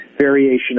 variation